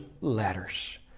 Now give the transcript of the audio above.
letters